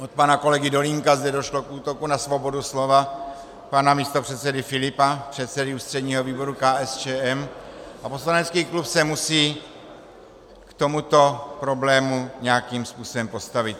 Od pana kolegy Dolínka zde došlo k útoku na svobodu slova pana místopředsedy Filipa, předsedy Ústředního výboru KSČM, a poslanecký klub se musí k tomuto problému nějakým způsobem postavit.